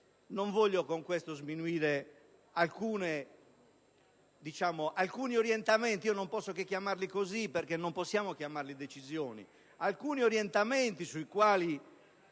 Non voglio con questo sminuire alcuni orientamenti - non